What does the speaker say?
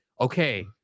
okay